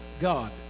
God